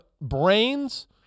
brains